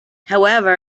however